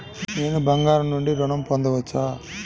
నేను బంగారం నుండి ఋణం పొందవచ్చా?